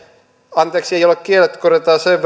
anteeksi ei ole kielletty korjataan sen